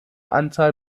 anzahl